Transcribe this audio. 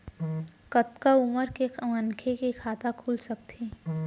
कतका उमर के मनखे के खाता खुल सकथे?